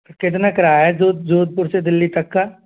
तो कितना किराया है जोध जोधपुर से दिल्ली तक का